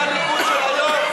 זה הליכוד של היום?